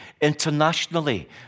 internationally